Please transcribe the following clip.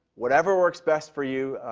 whatever works best for you.